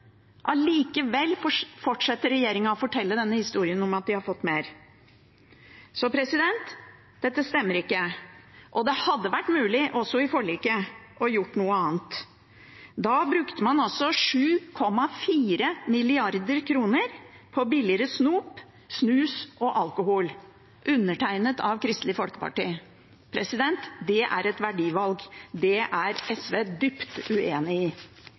Allikevel fortsetter regjeringen å fortelle denne historien om at de har fått mer. Så dette stemmer ikke. Og det hadde vært mulig i forliket å gjøre noe annet. Da brukte man altså 7,4 mrd. kr på billigere snop, snus og alkohol – undertegnet av Kristelig Folkeparti. Det er et verdivalg. Det er SV dypt uenig i.